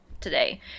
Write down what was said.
Today